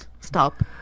stop